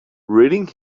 reading